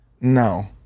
no